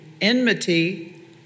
enmity